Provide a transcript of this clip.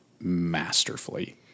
masterfully